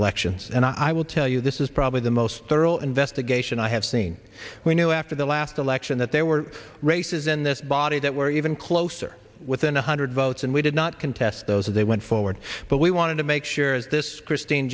elections and i will tell you this is probably the most thorough investigation i have seen we knew after the last election that there were races in this body that were even closer within one hundred votes and we did not contest those as they went forward but we wanted to make sure as this christine